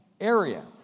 area